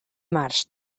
març